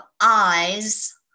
eyes